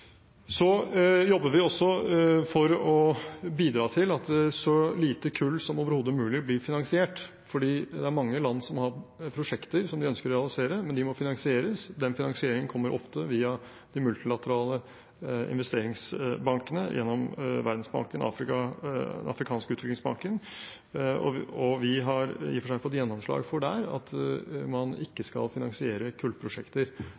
så få kullprosjekter som overhodet mulig blir finansiert. Det er mange land som har prosjekter som de ønsker å realisere, men de må finansieres. Den finansieringen kommer ofte via de multilaterale investeringsbankene, gjennom Verdensbanken og Den afrikanske utviklingsbanken. Vi har i og for seg fått gjennomslag for at man ikke skal finansiere kullprosjekter